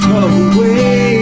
away